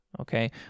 Okay